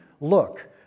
Look